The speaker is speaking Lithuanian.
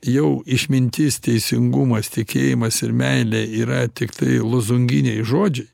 jau išmintis teisingumas tikėjimas ir meilė yra tiktai lozunginiai žodžiai